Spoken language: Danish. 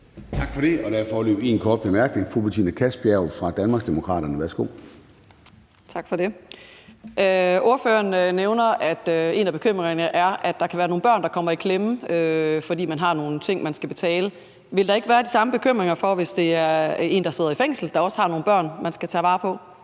Tak for det. Der er foreløbig en kort bemærkning fra fru Betina Kastbjerg fra Danmarksdemokraterne. Værsgo. Kl. 10:21 Betina Kastbjerg (DD): Tak for det. Ordføreren nævner, at en af bekymringerne er, at der kan være nogle børn, der kommer i klemme, fordi man har nogle ting, man skal betale. Vil der ikke være den samme bekymring, hvis det er en, der sidder i fængsel, og som også har nogle børn, man skal tage vare på?